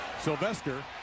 sylvester